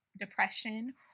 depression